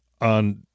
on